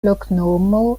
loknomo